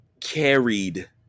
carried